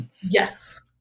Yes